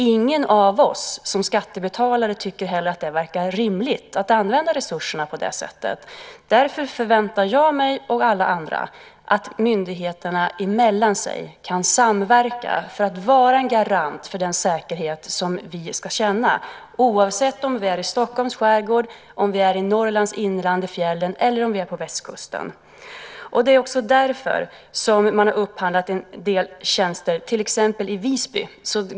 Ingen av oss som skattebetalare tycker heller att det verkar rimligt att använda resurserna på det sättet. Därför förväntar jag mig, liksom alla andra, att myndigheterna emellan sig kan samverka för att vara en garant för den säkerhet som vi ska känna, oavsett om vi är i Stockholms skärgård, i Norrlands inland i fjällen eller på västkusten. Det är också därför som man har upphandlat en del tjänster, till exempel i Visby.